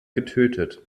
getötet